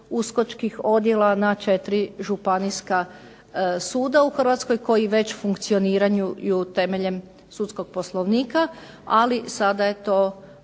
uskočkih odjela na četiri Županijska suda u Hrvatskoj koji već funkcioniraju temeljem sudskog poslovnika. Ali sada je to